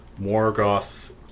Morgoth